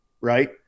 Right